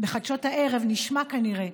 בחדשות הערב נשמע כנראה,